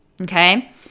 okay